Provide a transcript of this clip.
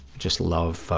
just love,